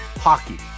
hockey